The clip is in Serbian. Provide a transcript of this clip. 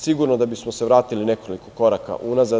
Sigurno da bismo se vratili nekoliko koraka unazad.